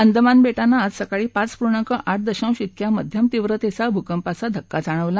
अंदमान बेटाना आज सकाळी पाच पूर्णांक आठ दशांश विक्या मध्यम तीव्रतेचा भूकंपाचा धक्का जाणवला